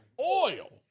oil